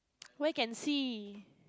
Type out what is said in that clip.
where can see